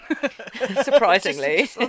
surprisingly